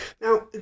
Now